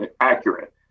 Accurate